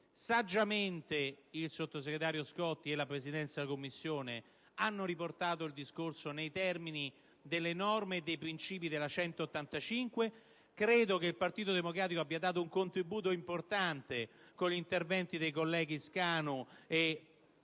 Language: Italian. Saggiamente il sottosegretario Scotti e la Presidenza della Commissione hanno riportato il discorso nei termini delle norme e dei principi sanciti dalla legge n. 185. Credo che il Partito Democratico abbia dato un contributo importante, con gli interventi dei colleghi Scanu e Del